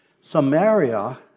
Samaria